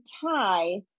tie